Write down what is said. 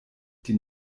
die